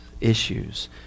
issues